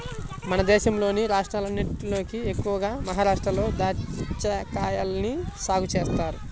మన దేశంలోని రాష్ట్రాలన్నటిలోకి ఎక్కువగా మహరాష్ట్రలో దాచ్చాకాయల్ని సాగు చేత్తన్నారు